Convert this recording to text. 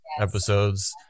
episodes